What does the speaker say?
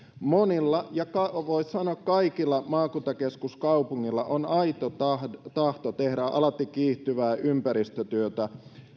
monilla ja voi sanoa kaikilla maakuntakeskuskaupungeilla on aito tahto tahto tehdä alati kiihtyvää ympäristötyötä